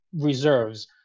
reserves